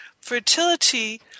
fertility